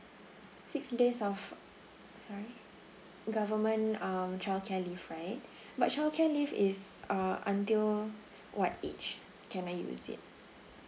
six days of sorry government um childcare leave right but childcare leave is uh until what age can I use it